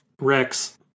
Rex